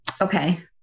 Okay